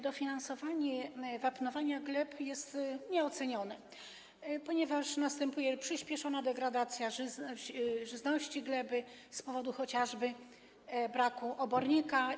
Dofinansowanie wapnowania gleb jest nieocenione, ponieważ następuje przyspieszona degradacja żyzności gleby z powodu chociażby braku obornika.